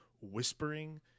whispering